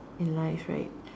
in life right